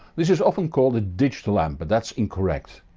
this is often called a digital amp, but that's incorrect.